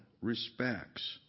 respects